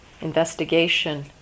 investigation